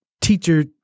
teacher